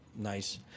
Nice